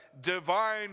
divine